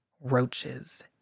roaches